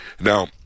Now